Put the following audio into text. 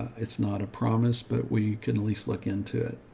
it's not a promise, but we can at least look into